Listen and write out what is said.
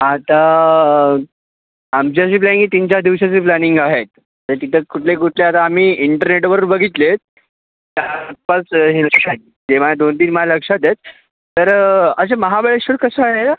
आता आमची अशी प्लॅनिंग आहे तीन चार दिवसाची प्लॅनिंग आहे तर तिथे कुठले कुठचे आता आम्ही इंटरनेटवर बघितले आहेत चार पाच हिल स्टेशन आहेत ते माझ्या दोन तीन माझ्या लक्षात आहेत तर असे महाबळेश्वर कसं आहेय